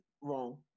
wrong